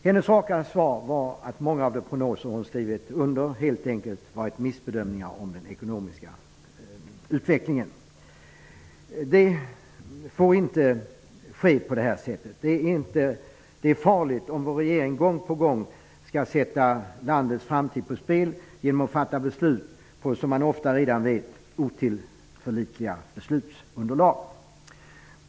Hennes raka svar var att många av de prognoser hon har skrivit under helt enkelt varit missbedömningar av den ekonomiska utvecklingen. Det får inte gå till på det här sättet. Det är farligt om vår regering gång på gång skall sätta landets framtid på spel genom att fatta beslut grundade på, som man ofta redan vet, otillförlitliga beslutsunderlag.